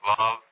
Love